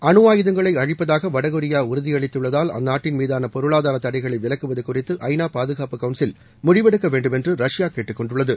அணு அயுதங்களை அழிப்பதாக வடகொரியா உறுதியளித்துள்ளதால் அந்நாட்டின் மீதான பொருளாதார் தடைகளை விலக்குவது குறித்து ஐ நா பாதுகாப்பு கவுன்சில் முடிவெடுக்க வேண்டுமென்று ரஷ்யா கேட்டுக் கொண்டுள்ளது